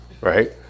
right